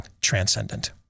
transcendent